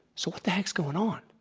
so what the heck's going on?